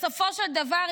בסופו של דבר,